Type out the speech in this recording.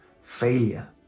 failure